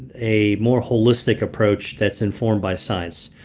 a more holistic approach that's informed by science.